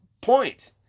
point